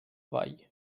vall